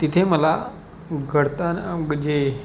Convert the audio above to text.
तिथे मला घडताना जे